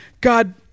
God